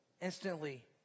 instantly